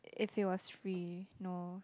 if it was free no